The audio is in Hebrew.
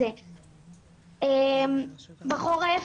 בחורף